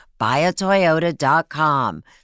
buyatoyota.com